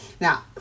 Now